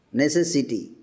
necessity